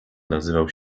nazywał